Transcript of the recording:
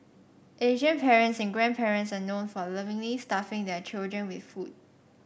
Asian parents and grandparents are known for lovingly stuffing their children with food